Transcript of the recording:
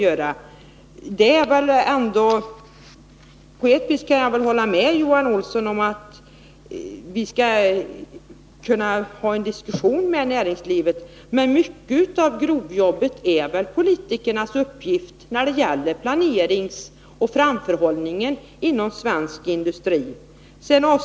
På ett vis kan jag hålla med om att vi skall kunna ha en diskussion med näringslivet, men mycket av grovjobbet när det gäller planering och framförhållning inom svensk industri är politikernas uppgift.